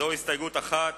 זו הסתייגות אחת